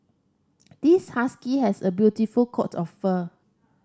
this husky has a beautiful coat of fur